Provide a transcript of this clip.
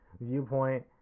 viewpoint